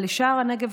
אבל לשער הנגב,